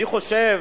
אני חושב